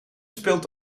speelt